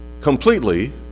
completely